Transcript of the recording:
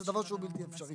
זה דבר שהוא בלתי אפשרי.